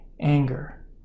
anger